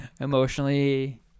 emotionally